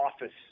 office